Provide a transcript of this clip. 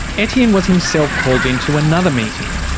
etienne was himself called into another meeting.